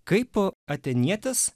kaip a atėnietis